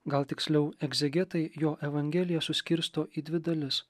gal tiksliau egzegetai jo evangeliją suskirsto į dvi dalis